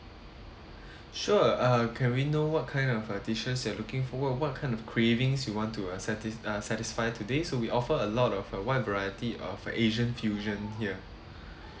sure uh can we know what kind of uh dishes you're looking for what what kind of cravings you want to uh satis~ satisfy today so we offer a lot of uh wide variety of asian fusion here